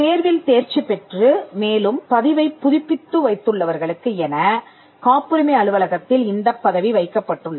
தேர்வில் தேர்ச்சி பெற்று மேலும் பதிவைப் புதுப்பித்து வைத்துள்ளவர்களுக்கு என காப்புரிமை அலுவலகத்தில் இந்தப் பதவி வைக்கப்பட்டுள்ளது